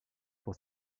pour